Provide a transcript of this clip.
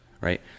right